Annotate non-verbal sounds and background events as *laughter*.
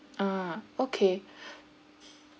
ah okay *breath*